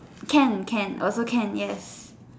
can can also can yes